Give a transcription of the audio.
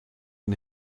den